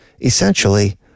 essentially